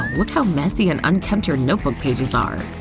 look how messy and unkept your notebook pages are!